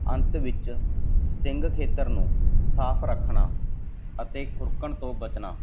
ਅੰਤ ਵਿੱਚ ਸਟਿੰਗ ਖੇਤਰ ਨੂੰ ਸਾਫ ਰੱਖਣਾ ਅਤੇ ਖੁਰਕਣ ਤੋਂ ਬਚਣਾ